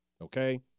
okay